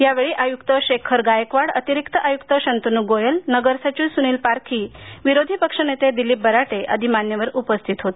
यावेळी आयुक्त शेखर गायकवाड अतिरिक्त आयुक्त शांतनु गोयल नगरसचिव सुनील पारखी विरोधीपक्षनेते दिलीप बराटे आदी उपस्थित होते